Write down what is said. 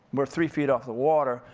we're three feet off the water,